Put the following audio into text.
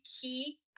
key